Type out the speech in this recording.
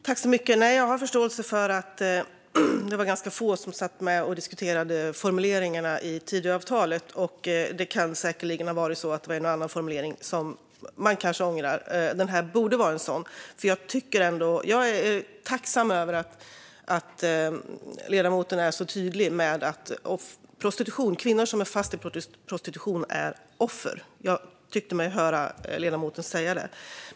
Fru talman! Jag har förståelse för att det var ganska få som satt med och diskuterade formuleringarna i Tidöavtalet. Det kan säkerligen finnas en och annan formulering som man ångrar, och det här borde vara en sådan. Jag är tacksam över att ledamoten är så tydlig med att kvinnor som är fast i prostitution är offer. Jag tyckte mig höra ledamoten säga det.